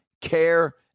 care